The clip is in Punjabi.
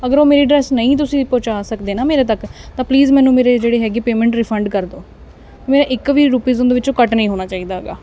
ਅਗਰ ਉਹ ਮੇਰੀ ਡ੍ਰੇਸ ਨਹੀਂ ਤੁਸੀਂ ਪਹੁੰਚਾ ਸਕਦੇ ਨਾ ਮੇਰੇ ਤੱਕ ਤਾਂ ਪਲੀਜ਼ ਮੈਨੂੰ ਮੇਰੇ ਜਿਹੜੇ ਹੈਗੀ ਪੇਮੈਂਟ ਰਿਫੰਡ ਕਰ ਦਿਉ ਮੇਰਾ ਇੱਕ ਵੀ ਰੁਪੀਜ਼ ਉਹਦੇ ਵਿੱਚੋਂ ਕੱਟ ਨਹੀਂ ਹੋਣਾ ਚਾਹੀਦਾ ਗਾ